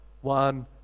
one